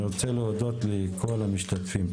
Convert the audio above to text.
אני רוצה להודות לכל המשתתפים.